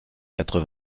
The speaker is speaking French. quatre